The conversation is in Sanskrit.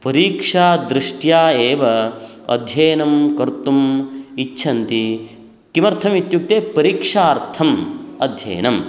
परीक्षा दृष्ट्या एव अध्ययनं कर्तुम् इच्छन्ति किमर्थम् इत्युक्ते परीक्षार्थम् अध्ययनम्